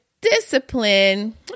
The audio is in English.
discipline